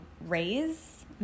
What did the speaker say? raise